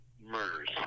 murders